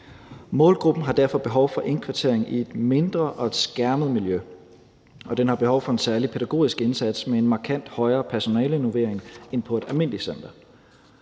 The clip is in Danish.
Målgruppen har derfor behov for indkvartering i et mindre og et skærmet miljø, og den har behov for en særlig pædagogisk indsats med en markant højere personalenormering end på et almindeligt center.